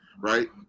right